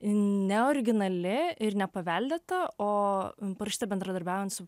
neoriginali ir nepaveldėta o parašyta bendradarbiaujant su